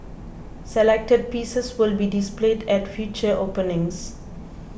selected pieces will be displayed at future openings